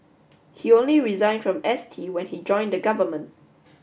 he only resigned from S T when he joined the government